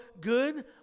good